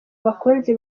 bakunzi